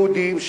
יהודים,